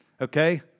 Okay